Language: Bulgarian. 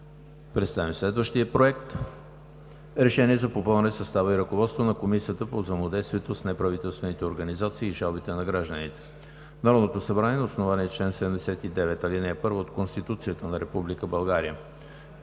Представям следващия: „Проект! РЕШЕНИЕ за попълване състава и ръководството на Комисията по взаимодействието с неправителствените организации и жалбите на гражданите Народното събрание на основание чл. 79, ал. 1 от Конституцията на